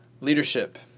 leadership